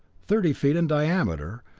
thirty feet in diameter,